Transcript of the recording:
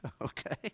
okay